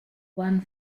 one